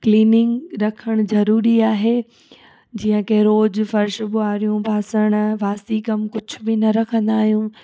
cleaning रखण ज़रूरी आहे जीअं की रोज़ु फ़र्श बुआरो ॿासण बासी कमु कुझु बि न रखंदा आहियूं